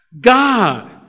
God